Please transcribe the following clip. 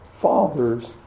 Father's